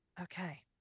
Okay